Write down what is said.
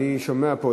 אני שומע פה,